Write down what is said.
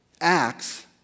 acts